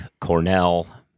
Cornell